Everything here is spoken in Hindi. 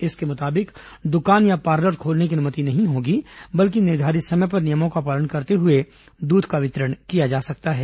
इसके मुताबिक दुकान या पार्लर खोलने की अनुमति नहीं होगी बल्कि निर्धारित समय पर नियमों का पालन करते हुए दूध वितरण किया जा सकता है